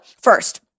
first